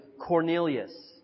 Cornelius